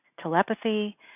telepathy